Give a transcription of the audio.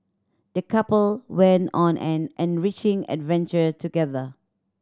the couple went on an enriching adventure together